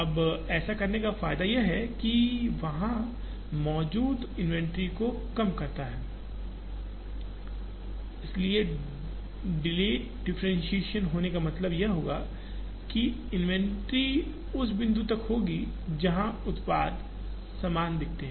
अब ऐसा करने का फायदा यह है कि वहां मौजूद इन्वेंट्री को कम करता है इसलिए डिलेड डिफ्रेंटिएशन होने का मतलब यह होगा कि इन्वेंट्री उस बिंदु तक होना जहां उत्पाद समान दिखते हैं